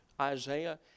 Isaiah